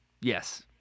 yes